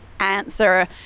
answer